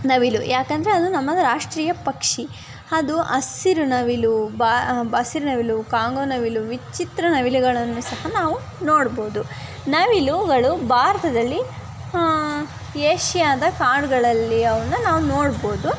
ನವಿಲು ಯಾಕಂದರೆ ಅದು ನಮ್ಮ ರಾಷ್ಟ್ರೀಯ ಪಕ್ಷಿ ಅದು ಹಸಿರು ನವಿಲು ಬ ಹಸಿರ್ ನವಿಲು ಕಾಂಗೊ ನವಿಲು ವಿಚಿತ್ರ ನವಿಲುಗಳನ್ನು ಸಹ ನಾವು ನೋಡ್ಬೌದು ನವಿಲುಗಳು ಭಾರತದಲ್ಲಿ ಏಷ್ಯಾದ ಕಾಡುಗಳಲ್ಲಿ ಅವನ್ನ ನಾವು ನೋಡ್ಬೌದು